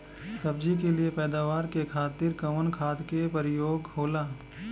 सब्जी के लिए पैदावार के खातिर कवन खाद के प्रयोग होला?